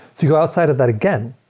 you go outside of that again,